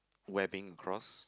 webbing across